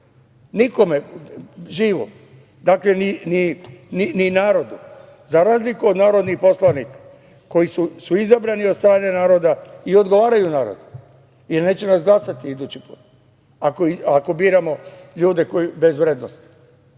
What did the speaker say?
nikome živom, ni narodu, za razliku od narodnih poslanika koji su izabrani od strane naroda i odgovaraju narodu jer neće nas glasati idući put ako biramo ljude bez vrednosti.